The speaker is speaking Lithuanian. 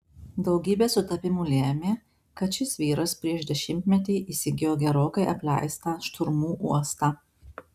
daugybė sutapimų lėmė kad šis vyras prieš dešimtmetį įsigijo gerokai apleistą šturmų uostą